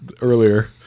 earlier